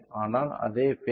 ஆனால் அதே பேஸ்